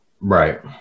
Right